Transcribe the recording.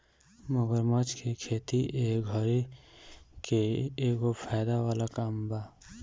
मगरमच्छ के खेती ए घड़ी के एगो फायदा वाला काम बा